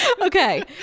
Okay